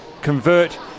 convert